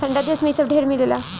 ठंडा देश मे इ सब ढेर मिलेला